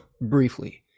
briefly